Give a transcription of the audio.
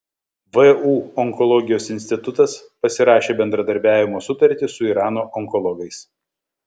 vu onkologijos institutas pasirašė bendradarbiavimo sutartį su irano onkologais